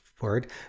word